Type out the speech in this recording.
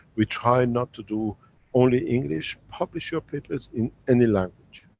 we try not to do only english, publish your papers in any language.